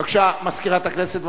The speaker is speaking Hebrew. בבקשה, מזכירת הכנסת.